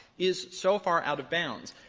is so far out of bounds.